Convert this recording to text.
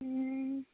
ह्म्